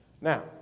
Now